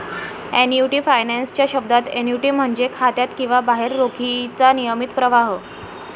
annuity finance च्या शब्दात, annuity म्हणजे खात्यात किंवा बाहेर रोखीचा नियमित प्रवाह